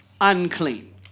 unclean